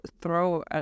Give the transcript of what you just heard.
throw